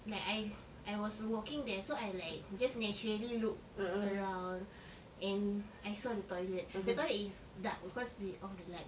like I I was walking there so I like just naturally look around and I saw the toilet the toilet is dark because we off the light